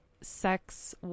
sex